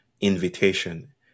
invitation